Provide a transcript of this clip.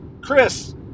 Chris